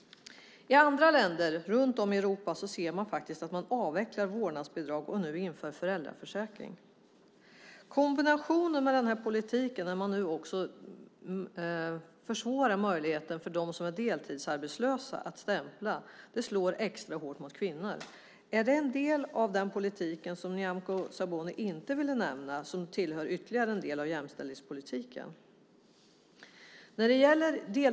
I andra länder runt om i Europa avvecklar man nu vårdnadsbidrag och inför föräldraförsäkring. Kombinationen med den här politiken, där man nu också försvårar möjligheten för dem som är deltidsarbetslösa att stämpla, slår extra hårt mot kvinnor. Är det en del av den politik som Nyamko Sabuni inte ville nämna som tillhör ytterligare en del av jämställdhetspolitiken?